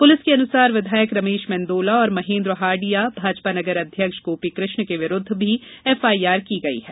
police के अनुसार विधायक रमेश मेंदोला और महेन्द्र हार्डिया भाजपा नगर अध्यक्ष गोपीकृष्ण के विरूध भी एफआईआर की गयी है